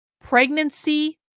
pregnancy